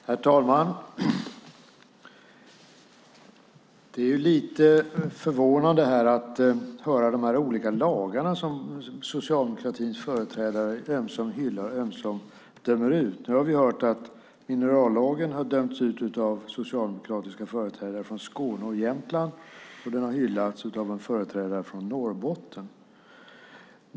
Herr talman! Det är lite förvånande att höra de olika lagarna som socialdemokratins företrädare ömsom hyllar, ömsom dömer ut. Nu har vi hört att minerallagen har dömts ut av socialdemokratiska företrädare från Skåne och Jämtland, och den har hyllats av en företrädare från Norrbotten.